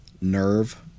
Nerve